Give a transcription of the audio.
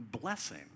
blessing